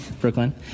Brooklyn